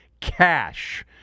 cash